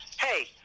hey